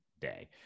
day